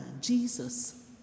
Jesus